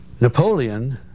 napoleon